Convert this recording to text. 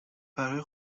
پرهای